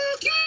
Okay